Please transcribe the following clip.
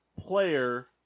player